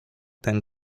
ten